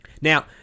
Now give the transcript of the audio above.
Now